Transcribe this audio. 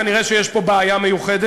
כנראה יש פה בעיה מיוחדת,